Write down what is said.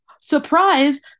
surprise